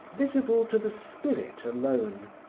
visible to the spirit alone,